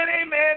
Amen